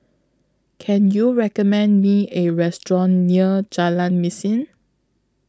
Can YOU recommend Me A Restaurant near Jalan Mesin